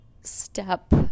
step